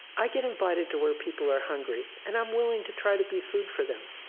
i get invited to where people are hungry. and i'm willing to try to be food for them,